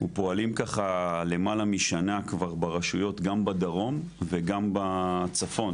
ופועלים ככה למעלה משנה ברשויות גם בדרום וגם בצפון.